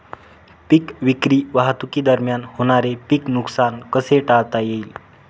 पीक विक्री वाहतुकीदरम्यान होणारे पीक नुकसान कसे टाळता येईल?